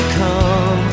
come